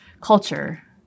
culture